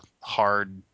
hard